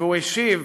והוא השיב: